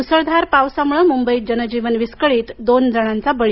मुसळधार पावसामुळे मुंबईत जनजीवन विसकळीत दोन जणांचा बळी